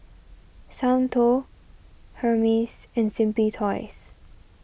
Soundteoh Hermes and Simply Toys